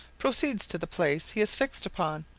proceeds to the place he has fixed upon.